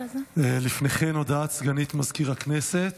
לפני כן, הודעה לסגנית מזכיר הכנסת.